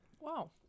wow